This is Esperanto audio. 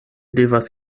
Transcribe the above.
devas